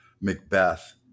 Macbeth